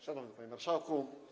Szanowny Panie Marszałku!